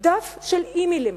דף של אימיילים